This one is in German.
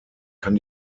kann